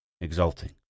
exulting